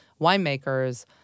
winemakers